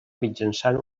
mitjançant